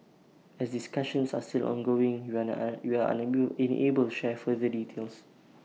as discussions are still ongoing we are we are unable enable share further details